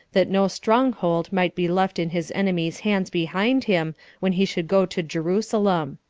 that no strong hold might be left in his enemies' hands behind him when he should go to jerusalem.